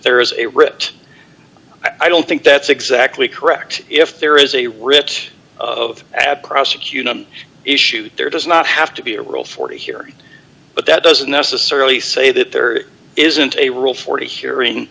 there is a writ i don't think that's exactly correct if there is a writ of add prosecutor on issues there does not have to be a rule forty here but that doesn't necessarily say that there isn't a rule forty hearing